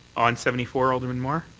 on seventy four, alderman mar?